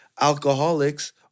alcoholics